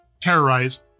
terrorize